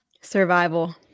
Survival